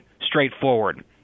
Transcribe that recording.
straightforward